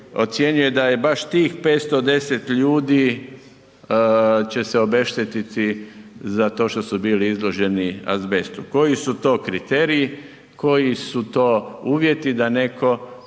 ocjenjuju da je baš tih 510 ljudi će se obeštetiti za to što su bili izloženi azbestu, koji su to kriteriji, koji su to uvjeti da netko